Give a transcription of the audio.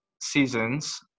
seasons